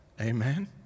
Amen